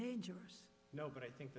dangerous no but i think